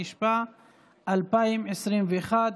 התשפ"א 2021,